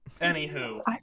Anywho